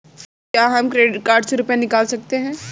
क्या हम credit card से रुपये निकाल सकते हैं?